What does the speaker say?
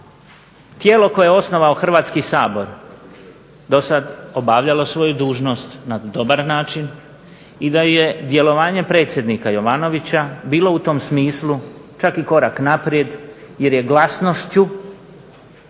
tijelo koje je osnovao Hrvatski sabor dosad obavljalo svoju dužnost na dobar način i da je djelovanje predsjednika Jovanovića bilo u tom smislu čak i korak naprijed jer je glasnošću,